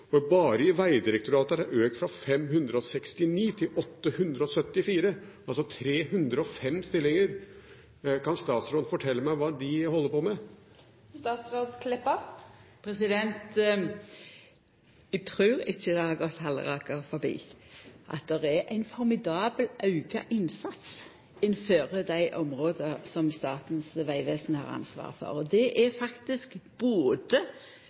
Bare i Vegdirektoratet har det økt fra 569 til 874 – altså 305 stillinger. Kan statsråden fortelle meg hva de holder på med? Eg trur ikkje det har gått Halleraker forbi at det er ein formidabel auka innsats innanfor dei områda som Statens vegvesen har ansvaret for. Det er både dei statlege riksvegane og fylkesvegane. Det